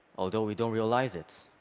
although we don't realize it.